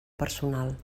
personal